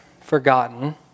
forgotten